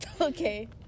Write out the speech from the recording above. Okay